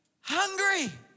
hungry